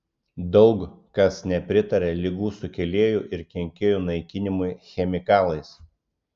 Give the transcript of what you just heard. daug kas nepritaria ligų sukėlėjų ir kenkėjų naikinimui chemikalais